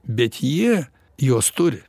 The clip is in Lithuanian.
bet jie juos turi